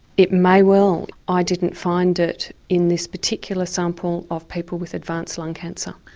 it may well. i didn't find it in this particular sample of people with advanced lung cancer.